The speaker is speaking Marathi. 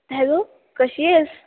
हॅलो कशी आहेस